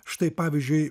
štai pavyzdžiui